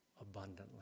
abundantly